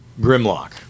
Grimlock